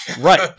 Right